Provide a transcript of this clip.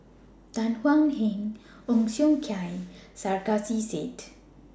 Tan Thuan Heng Ong Siong Kai and Sarkasi Said